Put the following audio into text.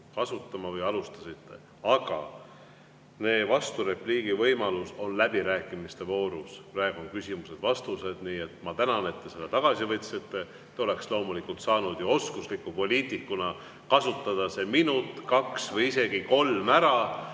just kasutama, aga vasturepliigi võimalus on läbirääkimiste voorus, praegu on küsimused ja vastused. Ma tänan, et te selle tagasi võtsite. Te oleks loomulikult saanud oskusliku poliitikuna kasutada see minut, kaks või isegi kolm ära,